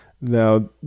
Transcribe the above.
now